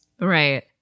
Right